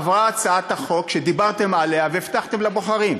עברה הצעת החוק שדיברתם עליה והבטחתם לבוחרים.